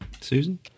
Susan